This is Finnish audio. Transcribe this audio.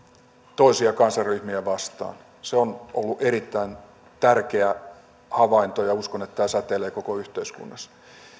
toisia kansanryhmiä vastaan se on ollut erittäin tärkeä havainto ja uskon että tämä säteilee koko yhteiskunnassa